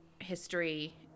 history